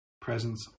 presence